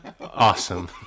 Awesome